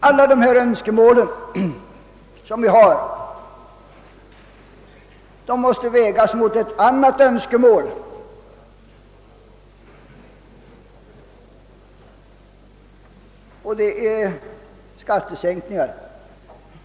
Alla de önskemål som vi har måste vägas mot önskemålet om skattesänkningar.